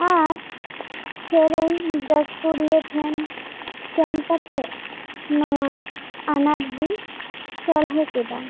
ᱟᱨ ᱥᱮᱨᱮᱧ ᱜᱟ ᱠᱷᱩᱲᱤᱭᱟ ᱴᱷᱮᱱ ᱥᱮᱱ ᱠᱟᱛᱮ ᱱᱚᱣᱟ ᱟᱱᱟᱴ ᱫᱚᱧ ᱥᱚᱞᱦᱮ ᱠᱮᱫᱟ